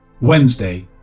wednesday